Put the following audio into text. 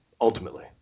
ultimately